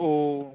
ও